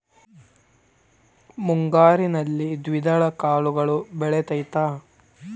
ಮುಂಗಾರಿನಲ್ಲಿ ದ್ವಿದಳ ಕಾಳುಗಳು ಬೆಳೆತೈತಾ?